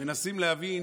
מנסים להבין